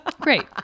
great